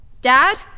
Dad